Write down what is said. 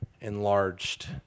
enlarged